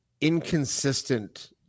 inconsistent